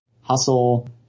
hustle